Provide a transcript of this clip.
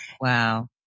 Wow